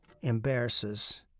embarrasses